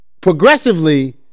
progressively